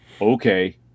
okay